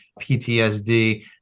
PTSD